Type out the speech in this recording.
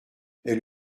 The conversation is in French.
elle